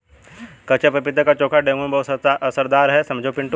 कच्चे पपीते का चोखा डेंगू में बहुत असरदार है समझे पिंटू